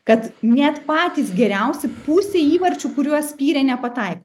kad net patys geriausi pusę įvarčių kuriuos spyrė nepataikė